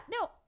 no